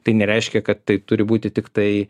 tai nereiškia kad tai turi būti tiktai